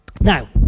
Now